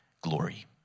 glory